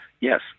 Yes